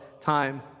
time